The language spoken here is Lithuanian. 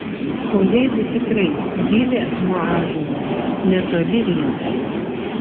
o jeigu tikrai gilė nuo ąžuolo netoli rieda